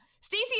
Stacey